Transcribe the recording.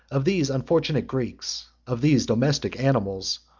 of these unfortunate greeks, of these domestic animals,